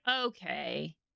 Okay